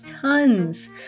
tons